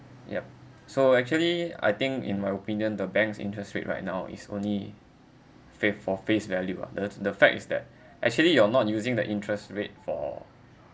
yup so actually I think in my opinion the bank's interest rate right now is only faith for face value ah the t~ the fact is that actually you're not using the interest rate for